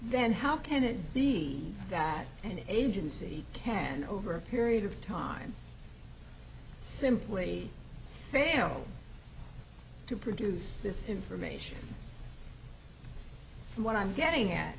then how can it be that an agency can over a period of time simply fail to produce this information what i'm getting at